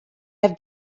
have